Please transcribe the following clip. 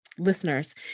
listeners